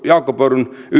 jaakko pöyryn